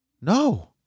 No